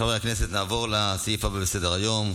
חברי הכנסת, נעבור לסעיף הבא בסדר-היום.